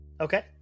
Okay